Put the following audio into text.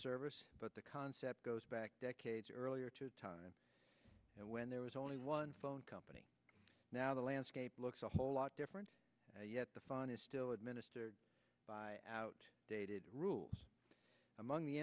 service but the concept goes back decades earlier to the time when there was only one phone company now the landscape looks a whole lot different yet the phone is still administered by out dated rules among the